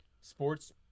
sports